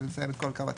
לסיים את כל קו התשתית.